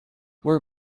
were